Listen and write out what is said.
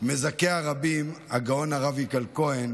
לא מזמן מזכה הרבים הגאון הרב יגאל כהן